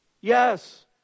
Yes